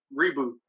reboot